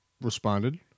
responded